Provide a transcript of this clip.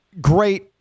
great